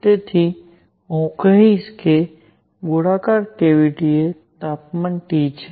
તેથી હું કહીશ કે ગોળાકાર કેવીટીએ તાપમાન T છે